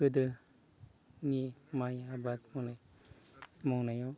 गोदो नि माइ आबाद मावनाय मावनायाव